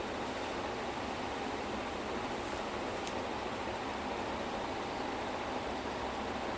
ya like he was I think eighteen or ninety when it first bought his range rover